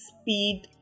speed